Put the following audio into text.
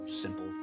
simple